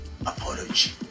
apology